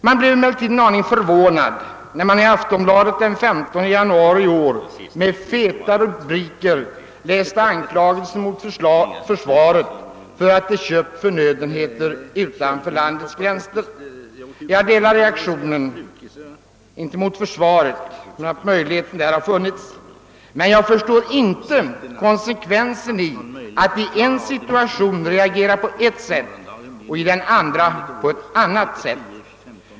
Man blev emellertid en aning förvånad när man i Aftonbladet den 15 januari i år läste anklagelser med feta rubriker mot försvaret, som hade köpt förnödenheter utanför landets gränser. Jag reagerade på samma sätt — inte mot försvaret, men mot att möjligheterna till dylika inköp funnits — men jag förstår inte konsekvensen i att i en situation reagera på ett sätt och i en annan på ett annat.